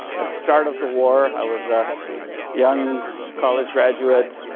at the start of the war, i was a young college graduate